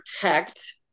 protect